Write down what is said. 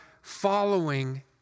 following